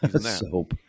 Soap